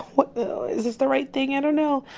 what is is the right thing? i don't know.